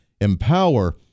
empower